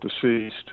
deceased